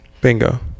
Bingo